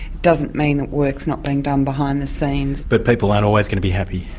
doesn't mean that work's not being done behind the scenes. but people aren't always going to be happy.